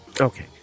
Okay